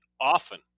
often